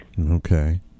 Okay